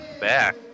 back